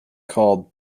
called